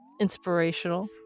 inspirational